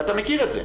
ואתה מכיר את זה.